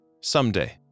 Someday